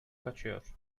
kaçıyor